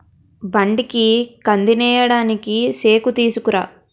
బండికి కందినేయడానికి సేకుతీసుకురా